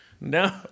No